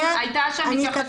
הייתה שם התייחסות --- זה הופיע,